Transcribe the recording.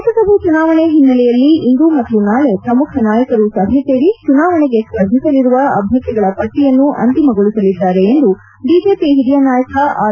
ಲೋಕಸಭೆ ಚುನಾವಣೆ ಹಿನ್ನೆಲೆಯಲ್ಲಿ ಇಂದು ಮತ್ತು ನಾಳೆ ಪ್ರಮುಖ ನಾಯಕರು ಸಭೆ ಸೇರಿ ಚುನಾವಣೆಗೆ ಸ್ಪರ್ಧಿಸಲಿರುವ ಅಭ್ಯರ್ಥಿಗಳ ಪಟ್ಟಿಯನ್ನು ಅಂತಿಮಗೊಳಿಸಲಿದ್ದಾರೆ ಎಂದು ಬಿಜೆಪಿ ಹಿರಿಯ ನಾಯಕ ಆರ್